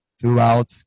throughout